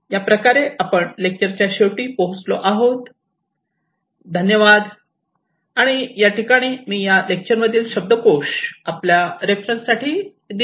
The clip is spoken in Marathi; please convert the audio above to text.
याप्रकारे आपण लेक्चरच्या शेवटी पोहोचलो आहोत